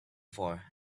for